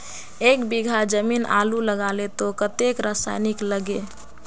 एक बीघा जमीन आलू लगाले तो कतेक रासायनिक लगे?